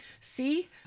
See